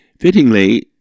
Fittingly